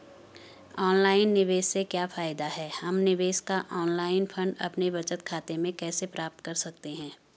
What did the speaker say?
Online निवेश से क्या फायदा है हम निवेश का ऑनलाइन फंड अपने बचत खाते में कैसे प्राप्त कर सकते हैं?